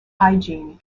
hygiene